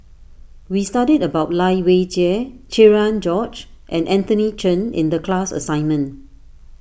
we studied about Lai Weijie Cherian George and Anthony Chen in the class assignment